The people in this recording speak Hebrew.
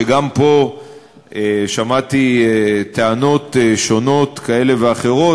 וגם פה שמעתי טענות כאלה ואחרות,